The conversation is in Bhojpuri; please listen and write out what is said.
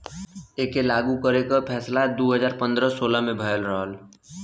एके लागू करे के फैसला दू हज़ार पन्द्रह सोलह मे भयल रहल